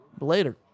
later